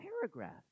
paragraph